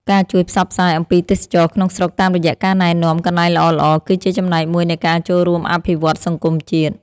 ការជួយផ្សព្វផ្សាយអំពីទេសចរណ៍ក្នុងស្រុកតាមរយៈការណែនាំកន្លែងល្អៗ គឺជាចំណែកមួយនៃការចូលរួមអភិវឌ្ឍន៍សង្គមជាតិ។